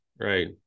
right